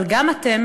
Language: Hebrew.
אבל גם אתם,